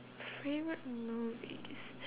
favourite movies